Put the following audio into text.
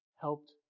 helped